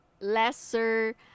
lesser